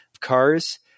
cars